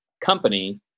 company